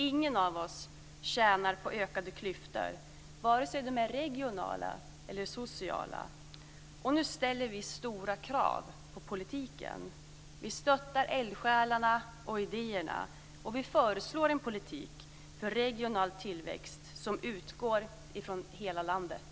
Ingen av oss tjänar på ökade klyftor vare sig de är regionala eller sociala. Nu ställer vi stora krav på politiken. Vi stöttar eldsjälarna och idéerna. Vi föreslår en politik för regional tillväxt som utgår från hela landet.